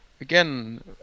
again